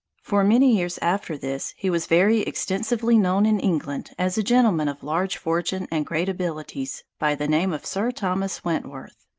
for many years after this he was very extensively known in england as a gentleman of large fortune and great abilities, by the name of sir thomas wentworth.